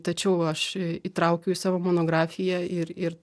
tačiau aš įtraukiu į savo monografiją ir ir